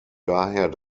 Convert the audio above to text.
daher